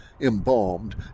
embalmed